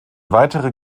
weitere